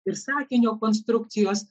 ir sakinio konstrukcijos